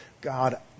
God